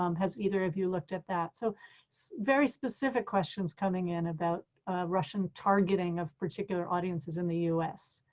um has either of you looked at that? so very specific questions coming in about russian targeting of particular audiences in the us.